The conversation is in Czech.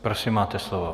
Prosím, máte slovo.